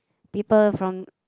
people from